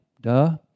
duh